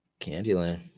Candyland